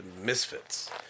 Misfits